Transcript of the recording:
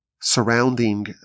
surrounding